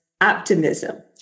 optimism